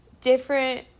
different